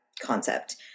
concept